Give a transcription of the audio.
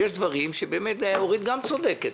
יש דברים שבהם אורית פרקש-הכהן צודקת,